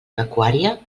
pecuària